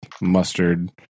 mustard